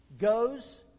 goes